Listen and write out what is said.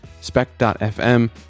spec.fm